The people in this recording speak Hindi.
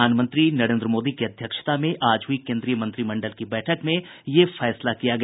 प्रधानमंत्री नरेंद्र मोदी की अध्यक्षता में आज हुई केंद्रीय मंत्रिमंडल की बैठक में ये निर्णय लिया गया